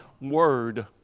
Word